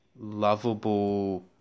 lovable